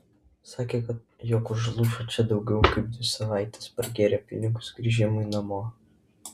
sakė jog užlūžo čia jau daugiau kaip dvi savaites pragėrė pinigus grįžimui namo